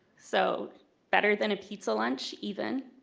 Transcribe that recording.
so better than a pizza lunch even